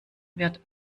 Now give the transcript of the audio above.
wird